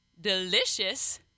delicious